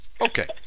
okay